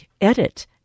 edit